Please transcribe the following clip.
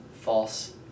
false